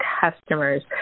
customers